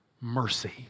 mercy